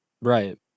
Right